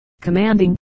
Commanding